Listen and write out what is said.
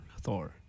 Thor